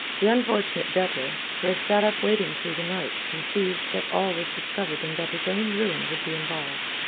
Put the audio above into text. the unfortunate debtor, who had sat up waiting through the night, conceived that all was discovered and that his own ruin would be involved.